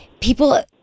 people